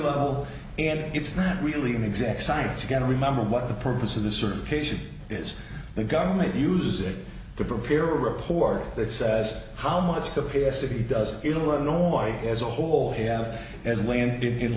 level and it's not really an exact science can remember what the purpose of the circulation is the government uses it to prepare a report that says how much capacity does illinois as a whole have as it landed in